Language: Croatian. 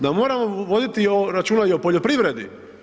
Da moramo voditi računa i poljoprivredi.